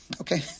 Okay